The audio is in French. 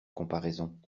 comparaison